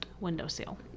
windowsill